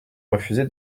refusé